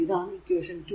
ഇതാണ് ഇക്വേഷൻ 2